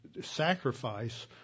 sacrifice